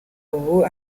hole